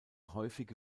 häufige